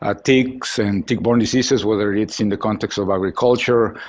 ah ticks and tick-borne diseases, whether it's in the context of agriculture,